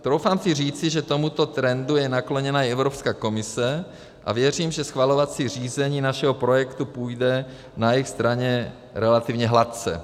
Troufám si říci, že tomuto trendu je nakloněna i Evropská komise, a věřím, že schvalovací řízení našeho projektu půjde na jejich straně relativně hladce.